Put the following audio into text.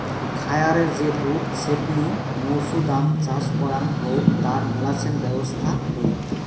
খায়ারে যে দুধ ছেপনি মৌছুদাম চাষ করাং হউ তার মেলাছেন ব্যবছস্থা হই